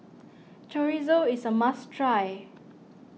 Chorizo is a must try